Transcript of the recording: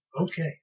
Okay